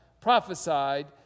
prophesied